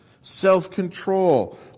Self-control